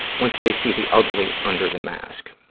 once they see the ugly under the mask.